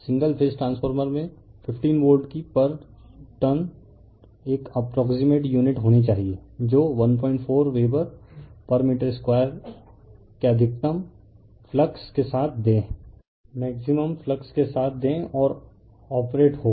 single phase transformer में 15 volt की per turn एक अप्प्रोक्सिमेट यूनिट होनी चाहिए जो 14 वेबर पर मीटर2 के मैक्सिमम फ्लक्स के साथ दे और ऑपरेट हो